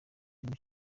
wica